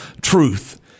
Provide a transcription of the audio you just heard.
truth